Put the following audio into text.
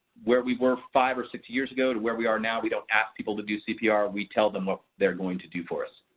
where we were five or six years ago to where we are now we don't asked people to do cpr and we tell them what they are going to do for us.